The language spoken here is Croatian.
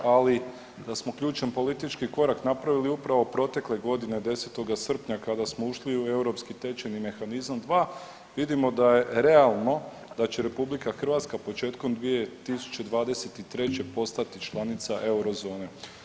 Ali da smo ključan politički korak napravili upravo protekle godine 10. srpnja kada smo ušli u europski tečajni mehanizam dva, vidimo da je realno da će Republika Hrvatska početkom 2023. postati članica euro zone.